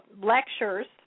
lectures